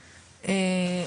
אוקיי,